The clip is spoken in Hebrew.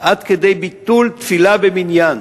עד כדי ביטול תפילה במניין